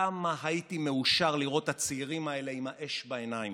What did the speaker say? כמה הייתי מאושר לראות את הצעירים האלה עם האש בעיניים.